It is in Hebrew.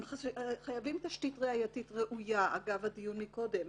הם חייבים תשתית ראייתית ראויה אגב הדיון מקודם.